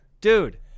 Dude